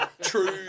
True